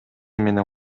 менен